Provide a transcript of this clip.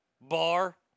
bar